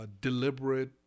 deliberate